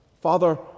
Father